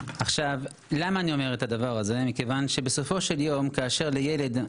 עכשיו למה אני אומר את הדבר הזה מכיוון שבסופו של יום כאשר לילד,